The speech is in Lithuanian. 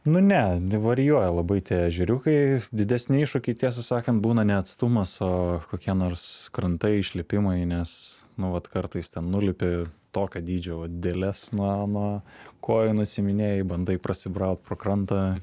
nu ne varijuoja labai tie ežeriukai didesni iššūkiai tiesą sakant būna ne atstumas o kokie nors krantai išlipimui nes nu vat kartais ten nulipi tokio dydžio dėles nuo nuo kojų nusiiminėji bandai prasibraut pro krantą